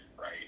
right